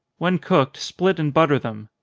when cooked, split and butter them.